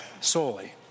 solely